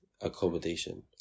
accommodation